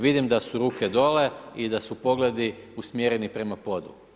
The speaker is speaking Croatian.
Vidim da su ruke dole i da su pogledi usmjereni prema podu.